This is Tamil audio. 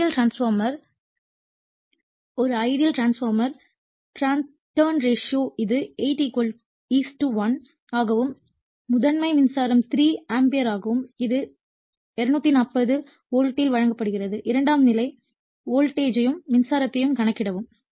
ஒரு ஐடியல் டிரான்ஸ்பார்மர் டர்ன்ஸ் ரேஷியோ இது 81 ஆகவும் முதன்மை மின்சாரம் 3 ஆம்பியர் ஆகும் இது 240 வோல்ட்டில் வழங்கப்படுகிறது இரண்டாம் நிலை வோல்டேஜ் யும் மின்சாரத்தையும் கணக்கிடவும்